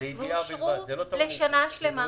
ואושרו לשנה שלמה.